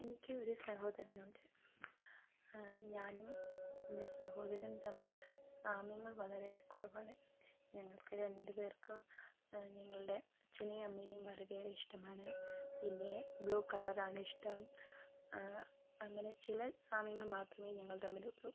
എനിക്ക് ഒരു സഹോദരൻ ഉണ്ട് ഞാനും എൻ്റെ സഹോദരനും തമ്മിൽ സാമ്യങ്ങൾ വളരെ ഏറെ കുറവാണ് ഞങ്ങൾക്ക് രണ്ടുപേർക്കും ഞങ്ങളുടെ അച്ഛനെയും അമ്മനെയും വളരെ ഏറെ ഇഷ്ടമാണ് പിന്നെ ബ്ലൂ കളർ ആണ് ഇഷ്ടം ആ അങ്ങനെ ചില സാമ്യങ്ങൾ മാത്രമേ ഞങ്ങൾ തമ്മിൽ ഉള്ളൂ